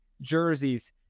Jersey's